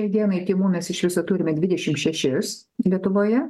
šiai dienai tymų mes iš viso turime dvidešimt šešis lietuvoje